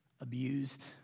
abused